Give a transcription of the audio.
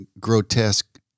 grotesque